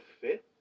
fit